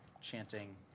chanting